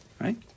Right